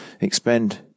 expend